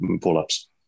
pull-ups